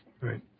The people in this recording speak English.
Right